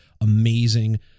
amazing